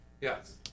Yes